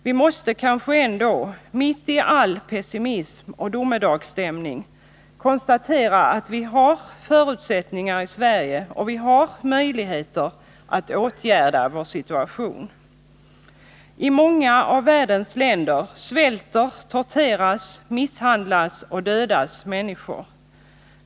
Vi måste kanske ändå mitt i all pessimism och domedagsstämning konstatera att vi har förutsättningar och möjligheter att åtgärda vår situation. I många av världens länder svälter, torteras, misshandlas och dödas människor.